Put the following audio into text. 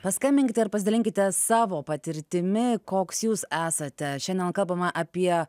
paskambinkite ir pasidalinkite savo patirtimi koks jūs esate šiandien kalbame apie